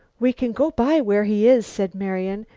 we can go by where he is, said marian.